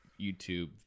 YouTube